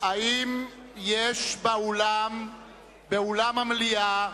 האם יש באולם המליאה